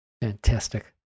fantastic